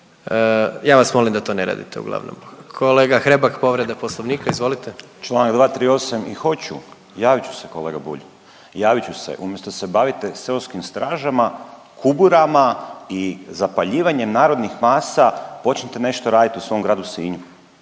Ja vas molim da to ne radite uglavnom. Kolega Hrebak, povreda Poslovnika. Izvolite. **Hrebak, Dario (HSLS)** Članak 238. Hoću, javit ću se kolega Bulj, javit ću se. Umjesto da se bavite seoskim stražama, kuburama i zapaljivanjem narodnih masa počnite nešto raditi u svom gradu Sinju